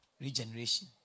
Regeneration